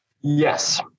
Yes